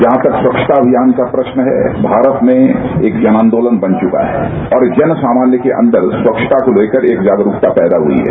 जहां पर स्वच्छता अभियान का प्रश्न है भारत में एक जनांदोलन बन चुका है और जन सामान्य के अंदर स्वच्छता को लेकर एक जागरूकता पैदा हुई है